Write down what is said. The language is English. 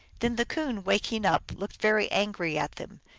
then the coon, waking up, looked very angry at them,